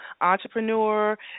entrepreneur